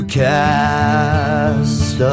cast